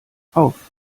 auf